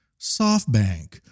SoftBank